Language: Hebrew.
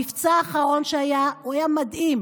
המבצע האחרון שהיה היה מדהים.